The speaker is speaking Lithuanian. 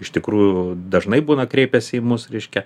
iš tikrųjų dažnai būna kreipiasi į mus reiškia